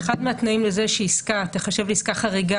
אחד מהתנאים לזה שעסקה תיחשב לעסקה חריגה